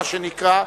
מה שנקרא,